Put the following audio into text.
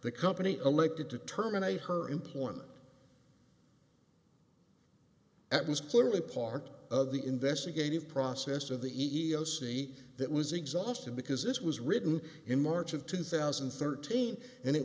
the company elected to terminate her employment at was clearly part of the investigative process of the e e o c that was exhausted because it was written in march of two thousand and thirteen and it